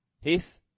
Heath